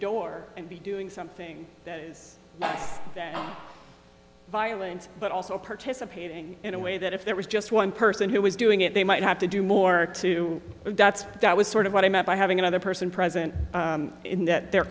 door and be doing something violent but also participating in a way that if there was just one person who was doing it they might have to do more to the dots that was sort of what i meant by having another person present in th